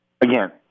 Again